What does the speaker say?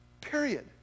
Period